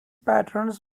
patterns